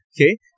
Okay